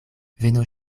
venos